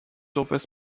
surfaces